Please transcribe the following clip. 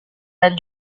dan